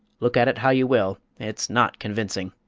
look at it how you will, it's not convincing.